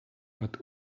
but